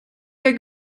der